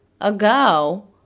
ago